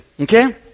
okay